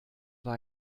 war